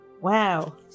wow